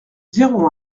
zéro